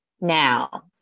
now